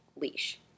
leash